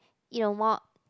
you know more